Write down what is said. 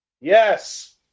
Yes